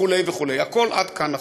הכול עד כאן נכון.